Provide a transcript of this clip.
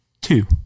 two